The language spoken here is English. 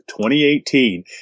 2018